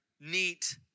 neat